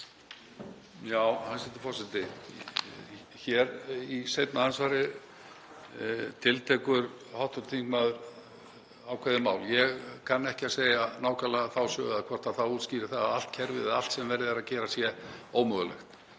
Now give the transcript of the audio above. Hæstv. forseti. Hér í seinna andsvari tiltekur hv. þingmaður ákveðin mál. Ég kann ekki að segja nákvæmlega þá sögu eða hvort það útskýrir það að allt kerfið eða allt sem verið er að gera sé ómögulegt.